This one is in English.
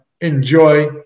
enjoy